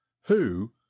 who